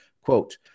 quote